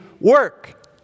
work